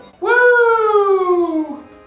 Woo